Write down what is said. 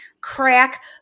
crack